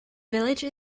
village